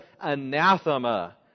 anathema